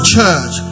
church